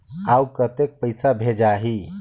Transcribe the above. अउ कतेक पइसा भेजाही?